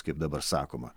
kaip dabar sakoma